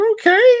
okay